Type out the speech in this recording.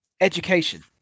education